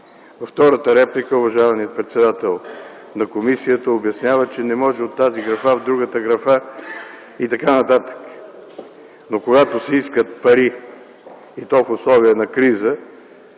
Във втората реплика уважаемият председател на комисията обяснява, че не може от тази графа в другата графа и т.н. Но, когато се искат пари и то в условия на криза,